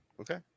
Okay